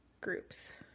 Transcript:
groups